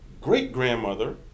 great-grandmother